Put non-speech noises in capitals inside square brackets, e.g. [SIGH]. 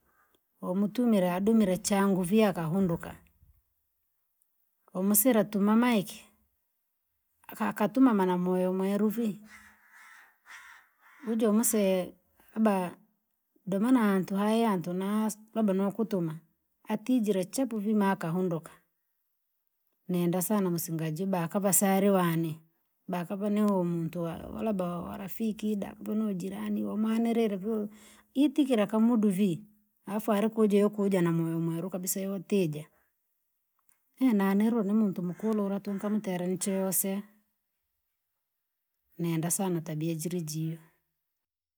Umtumire adomire changu vii akahunduka, umsire atuma maiki. Akaka tuma maramoja mweru vii ujomusee labda, domana hantu hayantu nas- labda nokutuma, atijire chapu vii makahunduka. Nenda sana msinga jii bakava sarewane, bakava niyomuntu wa labda warafiki da vuno jirani wamwanilile vo itikira kamudu vii? Afu alikuja yokuja namoyo mweru kabisa yotija, [HESITATION] nanilo nimuntu mukulula tunkamutele mche yose, menda sana tabia jiri jio.